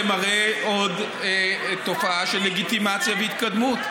זה מראה עוד תופעה של לגיטימציה והתקדמות.